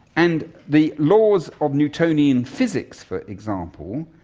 and the laws of newtonian physics, for example,